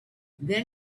then